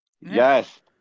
Yes